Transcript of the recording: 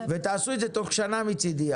ותעשו את זה תוך שנה מצידי,